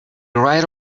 right